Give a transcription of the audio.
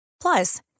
Plus